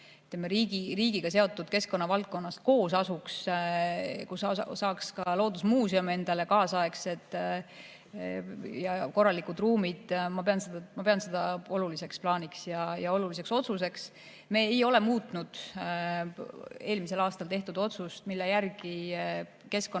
riigiga seotud keskkonnavaldkonna [asutusi] koos asuks, kus saaks ka loodusmuuseum endale kaasaegsed ja korralikud ruumid. Ma pean seda oluliseks plaaniks ja oluliseks otsuseks. Me ei ole muutnud eelmisel aastal tehtud otsust, mille järgi Keskkonnamaja